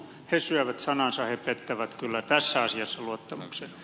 he syövät sanansa he pettävät kyllä tässä asiassa luottamuksen